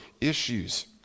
issues